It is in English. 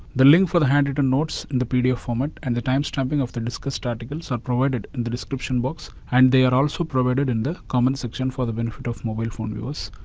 the link for the handwritten notes in the pdf format and the time stamping of the discussed articles are ah provided in the description box and they are also provided in the comment section for the benefit of mobile phone viewers.